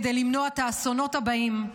כדי למנוע את האסונות הבאים,